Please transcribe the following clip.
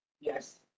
Yes